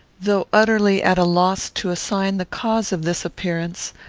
though utterly at a loss to assign the cause of this appearance,